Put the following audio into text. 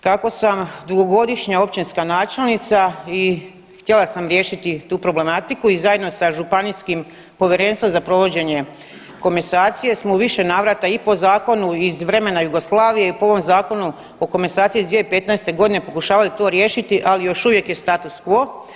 Kako sam dugogodišnja općinska načelnica i htjela sam riješiti tu problematiku i zajedno sa županijskim povjerenstvom za provođenje komasacije smo u više navrata i po zakonu iz vremena Jugoslavije i po ovom Zakonu o komasaciji iz 2015. godine pokušavali to riješiti, ali još uvijek je status quo.